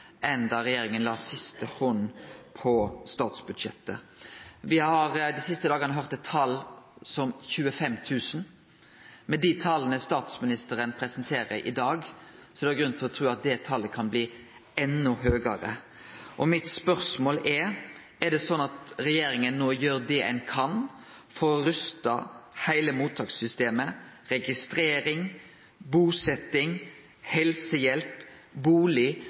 enn da regjeringa la siste handa på statsbudsjettet. Me har dei siste dagane høyrt talet 25 000. Med dei tala statsministeren presenterer i dag, er det grunn til å tru at dette talet kan bli enda høgare. Mitt spørsmål er: Er det slik at regjeringa no gjer det ein kan for å ruste heile mottakssystemet – registrering, busetjing, helsehjelp,